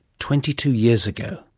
twenty two years ago,